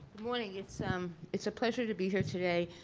morning, it's um it's a pleasure to be here today.